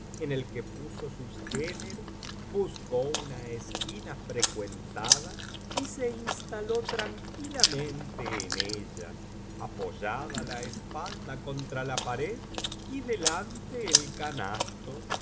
en el que puso sus géneros buscó una esquina frecuentada y se instaló tranquilamente en ella apoyada la espalda contra la pared y delante el canasto